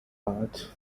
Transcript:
but